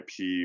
IP